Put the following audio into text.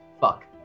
Fuck